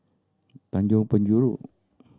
Tanjong Penjuru